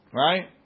right